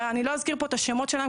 אני לא אזכיר פה את השמות שלהם,